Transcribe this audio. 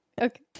okay